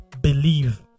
Believe